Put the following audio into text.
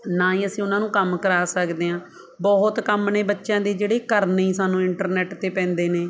ਨਾ ਹੀ ਅਸੀਂ ਉਹਨਾਂ ਨੂੰ ਕੰਮ ਕਰਾ ਸਕਦੇ ਹਾਂ ਬਹੁਤ ਕੰਮ ਨੇ ਬੱਚਿਆਂ ਦੇ ਜਿਹੜੇ ਕਰਨੇ ਹੀ ਸਾਨੂੰ ਇੰਟਰਨੈਟ 'ਤੇ ਪੈਂਦੇ ਨੇ